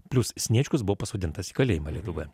plius sniečkus buvo pasodintas į kalėjimą lietuvoje